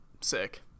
sick